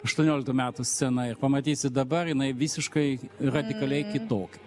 aštuonioliktų metų sceną ir pamatysit dabar jinai visiškai radikaliai kitok